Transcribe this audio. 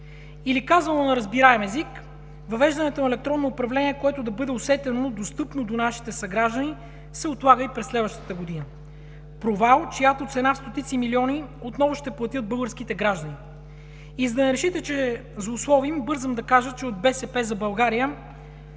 нула! Казано на разбираем език, въвеждането на електронно управление, което да бъде усетено достъпно от нашите съграждани, се отлага и през следващата година – провал, чиято цена от стотици милиони отново ще платят българските граждани. И за да не решите, че злословим, бързам да кажа, че от „БСП за България“